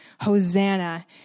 Hosanna